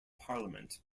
parliament